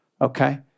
okay